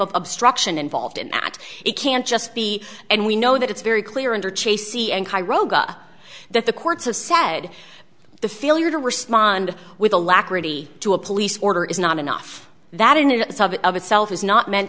of obstruction involved in that it can't just be and we know that it's very clear in her chasey and that the courts have said the failure to respond with alacrity to a police order is not enough that in and of itself is not meant